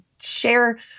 share